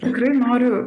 tikrai noriu